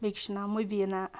بٮ۪کِس چھِ ناو مُبیٖنہ